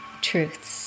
truths